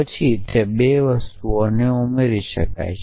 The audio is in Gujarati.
પછી તે 2 વસ્તુઓને ઉમેરી શકાય છે